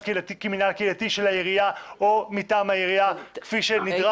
קהילתי של העירייה או מטעם העירייה כפי שנדרש,